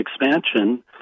expansion